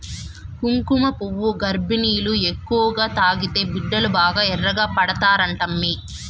కుంకుమపువ్వు గర్భిణీలు ఎక్కువగా తాగితే బిడ్డలు బాగా ఎర్రగా పడతారంటమ్మీ